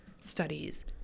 studies